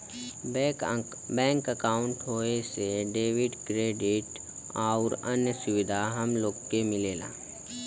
bank अंकाउट होये से डेबिट, क्रेडिट आउर अन्य सुविधा हम लोग के मिलला